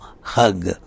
hug